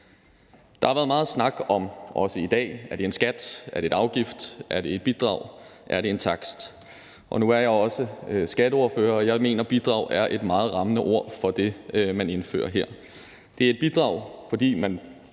Der har været meget snak om, også i dag, om det er en skat, en afgift, et bidrag eller en takst. Nu er jeg også skatteordfører, og jeg mener, at bidrag er et meget rammende ord for det, man indfører her. Det er et bidrag, fordi man